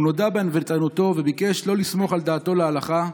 הוא נודע בענוותנותו וביקש שלא לסמוך על דעתו להלכה,